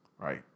right